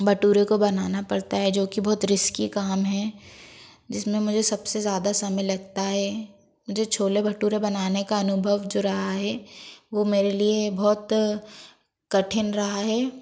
भटूरे को बनाना पड़ता है जो कि बहुत रिस्की काम है जिसमें मुझे सबसे ज़्यादा समय लगता है मुझे छोले भटूरे बनाने का अनुभव जो रहा है वो मेरे लिए बहुत कठिन रहा है